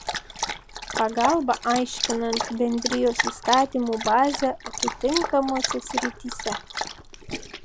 pagalbą aiškinant bendrijos įstatymų bazę atitinkamose srityse